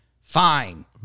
fine